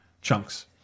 chunks